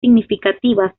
significativas